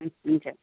हु हुन्छ